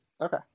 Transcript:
Okay